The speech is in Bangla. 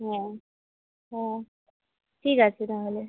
হ্যাঁ হ্যাঁ ঠিক আছে তাহলে